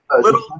Little